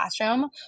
classroom